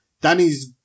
Danny's